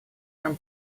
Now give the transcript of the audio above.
нам